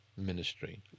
Ministry